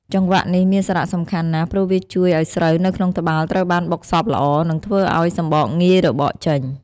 ចង្វាក់នេះមានសារៈសំខាន់ណាស់ ព្រោះវាជួយឱ្យស្រូវនៅក្នុងត្បាល់ត្រូវបានបុកសព្វល្អ និងធ្វើឱ្យសម្បកងាយរបកចេញ។